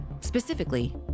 Specifically